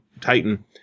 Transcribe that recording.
Titan